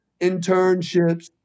internships